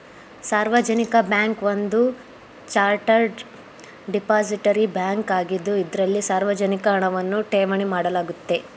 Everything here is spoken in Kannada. ಸಾರ್ವಜನಿಕ ಬ್ಯಾಂಕ್ ಒಂದು ಚಾರ್ಟರ್ಡ್ ಡಿಪಾಸಿಟರಿ ಬ್ಯಾಂಕ್ ಆಗಿದ್ದು ಇದ್ರಲ್ಲಿ ಸಾರ್ವಜನಿಕ ಹಣವನ್ನ ಠೇವಣಿ ಮಾಡಲಾಗುತ್ತೆ